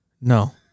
No